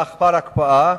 לאחר ההקפאה,